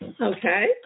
Okay